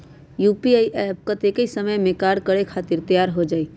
UPI app कतेइक समय मे कार्य करे खातीर तैयार हो जाई?